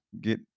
get